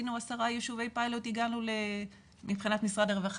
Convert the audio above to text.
רצינו עשרה יישובי פיילוט והגענו מבחינת משרד הרווחה